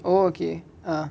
oh okay uh